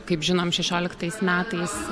kaip žinom šešioliktais metais